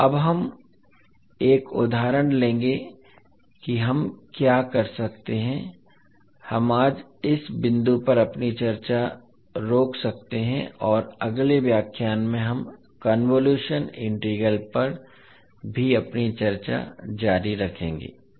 तो अब हम एक उदाहरण लेंगे कि हम क्या कर सकते हैं हम आज इस बिंदु पर अपनी चर्चा रोक सकते हैं और अगले व्याख्यान में हम कन्वोलुशन इंटीग्रल पर भी अपनी चर्चा जारी रखेंगे